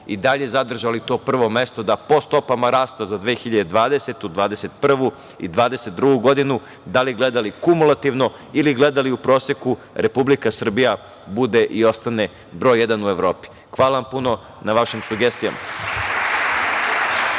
i dalje zadržali to prvo mesto da po stopama rasta za 2020, 2021. i 2022. godinu, da li gledali kumulativno ili gledali u proseku, Republika Srbija bude i ostane broj jedan u Evropi. Hvala puno na vašim sugestijama.